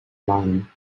line